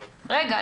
רגע,